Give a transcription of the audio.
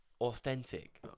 authentic